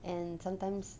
and sometimes